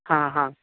हा हा